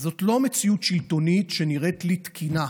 זו לא מציאות שלטונית שנראית תקינה.